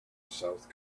south